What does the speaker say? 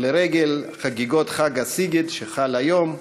לרגל חגיגות חג הסיגד שחל היום.